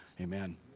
amen